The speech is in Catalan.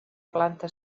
planta